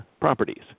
properties